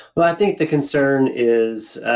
well i think the concern is